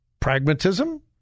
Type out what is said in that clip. pragmatism